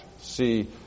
see